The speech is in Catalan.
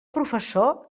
professor